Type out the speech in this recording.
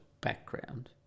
background